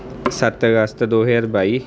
ਸੱਤ ਅਗਸਤ ਦੋ ਹਜ਼ਾਰ ਬਾਈ